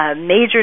major